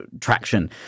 traction